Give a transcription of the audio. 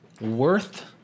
worth